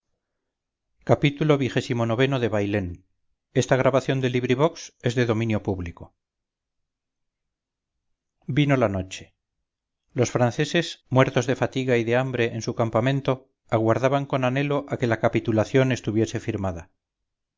xxiv xxv xxvi xxvii xxviii xxix xxx xxxi xxxii bailén de benito pérez galdós vino la noche los franceses muertos de fatiga y de hambre en su campamento aguardaban con anhelo a que la capitulación estuviese firmada